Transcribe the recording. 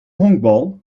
honkbal